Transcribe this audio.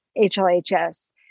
HLHS